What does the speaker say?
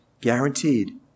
guaranteed